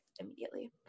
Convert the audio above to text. immediately